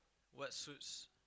what suits